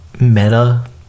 Meta